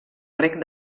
rec